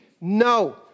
No